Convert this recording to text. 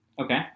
Okay